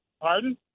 Pardon